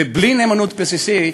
ובלי נאמנות בסיסית